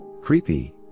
Creepy